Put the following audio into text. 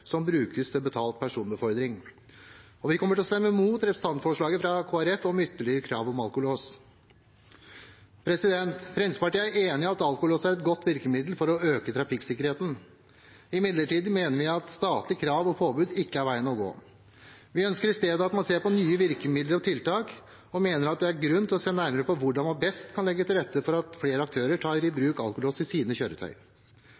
som brukes til betalt personbefordring, og vi kommer til å stemme imot representantforslaget fra Kristelig Folkeparti om ytterligere krav om alkolås. Fremskrittspartiet er enig i at alkolås er et godt virkemiddel for å øke trafikksikkerheten. Imidlertid mener vi at statlige krav og påbud ikke er veien å gå. Vi ønsker i stedet at man ser på nye virkemidler og tiltak, og mener at det er grunn til å se nærmere på hvordan man best kan legge til rette for at flere aktører tar i